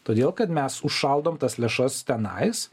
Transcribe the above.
todėl kad mes užšaldom tas lėšas tenais